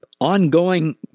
ongoing